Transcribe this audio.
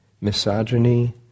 misogyny